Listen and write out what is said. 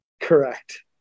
Correct